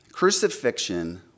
Crucifixion